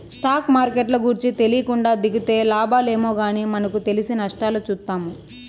stock మార్కెట్ల గూర్చి తెలీకుండా దిగితే లాబాలేమో గానీ మనకు తెలిసి నష్టాలు చూత్తాము